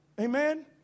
Amen